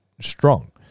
strong